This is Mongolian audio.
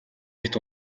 хэт